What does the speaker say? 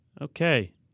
Okay